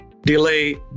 delay